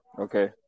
Okay